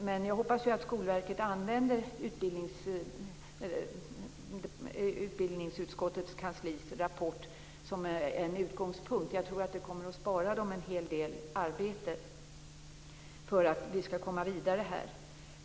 Men jag hoppas att Skolverket använder utbildningsutskottets kanslis rapport som en utgångspunkt. Jag tror att det kommer att bespara dem en hel del arbete för att vi skall komma vidare här.